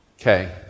Okay